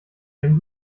ihren